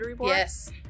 Yes